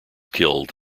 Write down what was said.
killed